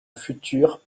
future